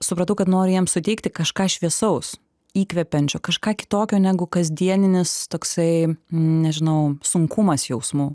supratau kad noriu jiem suteikti kažką šviesaus įkvepiančio kažką kitokio negu kasdieninis toksai nežinau sunkumas jausmu